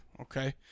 okay